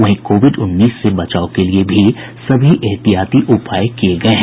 वहीं कोविड उन्नीस से बचाव के लिए भी सभी एहतियाती उपाय किये गये हैं